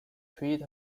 treat